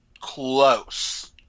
close